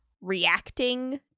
reacting